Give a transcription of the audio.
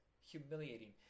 humiliating